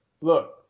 look